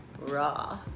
Raw